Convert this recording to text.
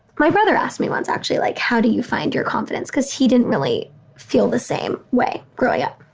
my brother asked me once, actually, like, how do you find your confidence? because he didn't really feel the same way growing up.